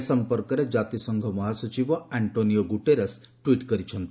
ଏ ସଂପର୍କରେ କାତିସଂଘ ମହାସଚିବ ଆଣ୍ଟ୍ରୋନିଓ ଗୁଟେରସ୍ ଟ୍ୱିଟ୍ କରିଛନ୍ତି